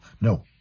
no